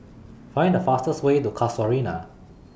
Find The fastest Way to Casuarina